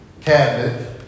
cabinet